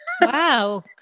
Wow